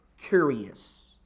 curious